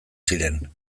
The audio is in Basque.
ziren